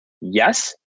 Yes